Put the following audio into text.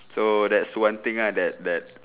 so that's one thing lah that that